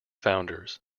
founders